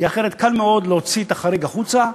כי אחרת קל מאוד להוציא את החריג החוצה,